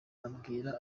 abwira